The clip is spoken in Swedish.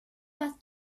att